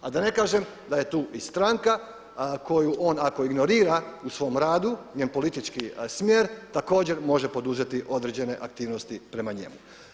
A da ne kažem da je tu i stranka koju on ako ignorira u svom radu, njen politički smjer također može poduzeti određene aktivnosti prema njemu.